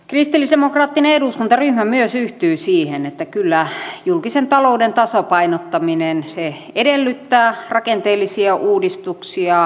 kristillisdemokraattinen eduskuntaryhmä myös yhtyy siihen että kyllä julkisen talouden tasapainottaminen edellyttää rakenteellisia uudistuksia